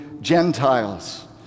Gentiles